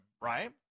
right